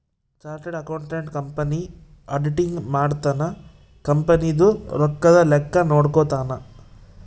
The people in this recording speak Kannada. ಚಾರ್ಟರ್ಡ್ ಅಕೌಂಟೆಂಟ್ ಕಂಪನಿ ಆಡಿಟಿಂಗ್ ಮಾಡ್ತನ ಕಂಪನಿ ದು ರೊಕ್ಕದ ಲೆಕ್ಕ ನೋಡ್ಕೊತಾನ